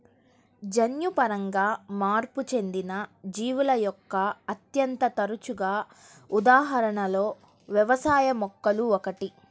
జన్యుపరంగా మార్పు చెందిన జీవుల యొక్క అత్యంత తరచుగా ఉదాహరణలలో వ్యవసాయ మొక్కలు ఒకటి